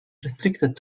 restricted